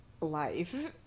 life